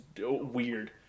Weird